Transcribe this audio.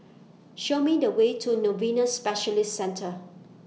Show Me The Way to Novena Specialist Centre